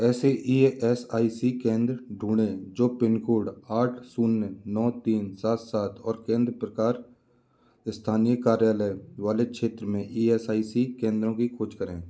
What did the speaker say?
ऐसे E S I C केंद्र ढूँढें जो पिन कोड आठ शून्य नौ तीन सात सात और केंद्र प्रकार स्थानीय कार्यालय वाले क्षेत्र में ई एस आई सी केंद्रों की खोज करें